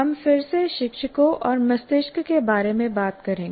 हम फिर से शिक्षकों और मस्तिष्क के बारे में बात करेंगे